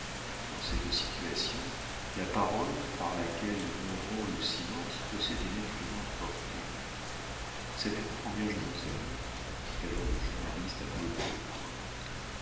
dans cette situation la parole par laquelle on rompt le silence possède une effrayante portée savez-vous combien je vous aime dit alors le journaliste à brûle-pourpoint